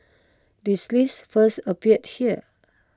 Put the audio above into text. this list first appeared here